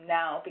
now